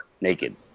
naked